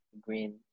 green